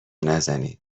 نزنین